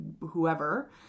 whoever